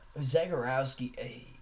Zagorowski